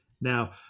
Now